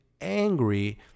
angry